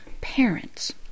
parents